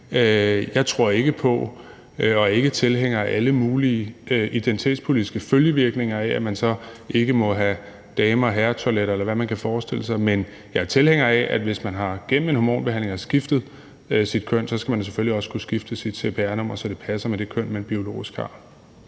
Jeg tror ikke på og er ikke tilhænger af alle mulige identitetspolitiske følgevirkninger, altså at man så ikke må have dame- og herretoiletter, eller hvad man kan forestille sig, men jeg er tilhænger af, at hvis man gennem en hormonbehandling har skiftet sit køn, skal man selvfølgelig også kunne skifte sit cpr-nummer, så det passer med det køn, man biologisk har.